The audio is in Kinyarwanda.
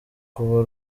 kuba